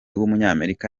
w’umunyamerika